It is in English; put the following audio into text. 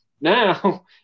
now